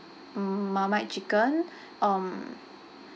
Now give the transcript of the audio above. mm Marmite chicken um